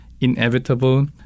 inevitable